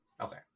Okay